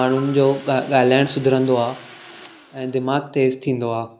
माण्हुनि जो ॻाल्हाइणु सुधरंदो आहे ऐं दिमाग़ु तेज़ु थींदो आहे